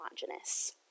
homogeneous